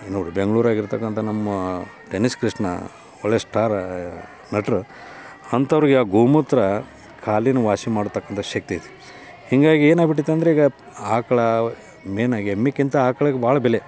ಈಗ ನೋಡಿರಿ ಬೆಂಗ್ಳೂರಾಗೆ ಇರತಕ್ಕಂಥ ನಮ್ಮ ಟೆನ್ನಿಸ್ ಕೃಷ್ಣ ಒಳ್ಳೆಯ ಸ್ಟಾರ ನಟರು ಅಂಥವರಿಗೆ ಗೋಮೂತ್ರ ಕಾಲಿನ ವಾಸಿ ಮಾಡತಕ್ಕಂಥ ಶಕ್ತಿ ಐತೆ ಹೀಗಾಗಿ ಏನಾಗ್ಬಿಟಿದ್ ಅಂದ್ರೆ ಈಗ ಆಕ್ಳು ಮೇನಾಗಿ ಎಮ್ಮೆಕಿಂತ ಆಕ್ಳಿಗ್ ಭಾಳ ಬೆಲೆ